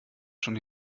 schon